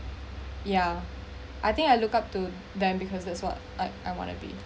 ya I think I looked up to them because that's what I I want to be